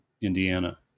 Indiana